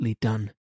done